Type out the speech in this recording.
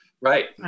Right